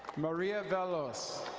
maria vellos.